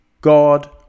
God